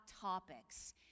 topics